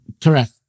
Correct